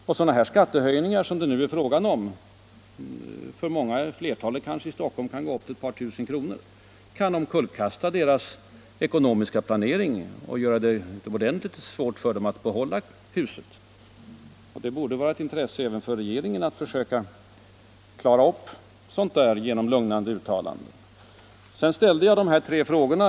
De skattehöjningar som det nu är fråga om -— för flertalet i Stockholm går de kanske upp till ett par tusen kronor — kan omkullkasta deras ekonomiska planering och göra det svårt för dem att behålla sina hus. Det borde alltså vara ett intresse även för regeringen att försöka klara upp sådant genom lugnande uttalanden. Jag ställde tre frågor.